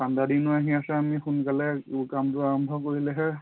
ঠাণ্ডা দিনো আহি আছে আমি সোনকালে ও কামটো আৰম্ভ কৰিলেহে